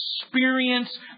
experience